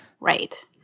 Right